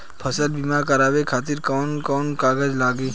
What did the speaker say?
फसल बीमा करावे खातिर कवन कवन कागज लगी?